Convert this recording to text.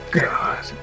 God